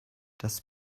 das